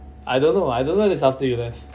I don't know I don't know whether that's after you left